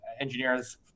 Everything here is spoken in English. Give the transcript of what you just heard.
engineers